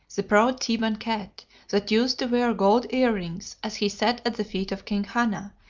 the proud theban cat that used to wear gold earrings as he sat at the feet of king hana,